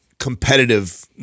competitive